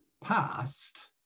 past